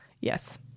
Yes